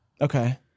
Okay